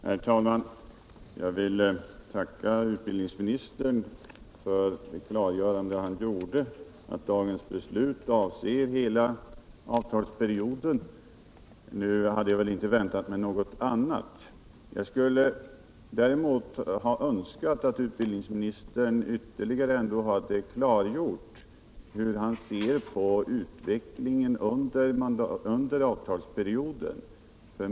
Herr talman! Jag vill tacka utbildningsministern för det klargörande han gjorde, att dagens beslut avser hela avtalsperioden. Jag hade inte väntat mig något annat. Jag skulle däremot ha önskat att utbildningsministern ytterligare hade klargjort hur han ser på utvecklingen under avtalsperioden.